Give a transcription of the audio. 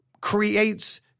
creates